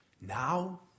now